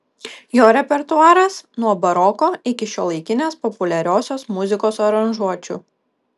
jo repertuaras nuo baroko iki šiuolaikinės populiariosios muzikos aranžuočių